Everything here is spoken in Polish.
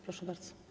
Proszę bardzo.